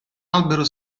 albero